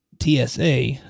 TSA